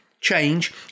change